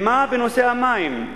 מה בנושא המים?